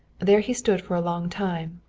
there he stood for a long time,